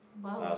!wow!